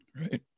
right